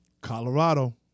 Colorado